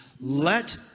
Let